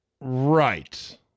Right